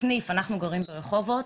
אנחנו גרים ברחובות,